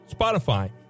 Spotify